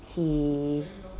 he